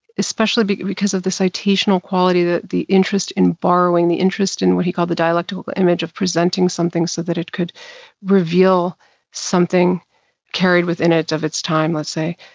especially because because of the citational quality, the the interest in borrowing, the interest in what he called the dialectal image of presenting something, so that it could reveal something carried within it of its time, let's say,